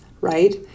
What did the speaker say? right